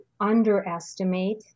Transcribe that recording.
underestimate